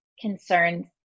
concerns